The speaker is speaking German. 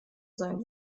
sein